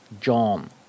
John